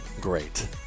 great